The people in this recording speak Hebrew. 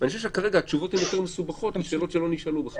ואני חושב שכרגע התשובות הן יותר מסובכות על שאלות שלא נשאלו בכלל.